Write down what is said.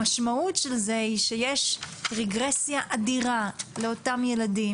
המשמעות של זה היא שיש רגרסיה אדירה לאותם ילדים